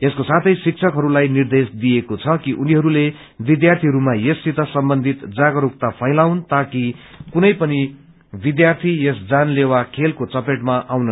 यसको साथै शिक्षकहरूलाई निर्देश दिइएको छ कि उनीहरूले विद्यायीहरूमा यससित सम्बन्धित जागरूकता फैलाउन ताकि कुनै पनि विद्यार्यी यस जानलेवा खेलको चपेटमा नआउन्